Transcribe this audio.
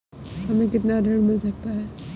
हमें कितना ऋण मिल सकता है?